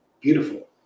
beautiful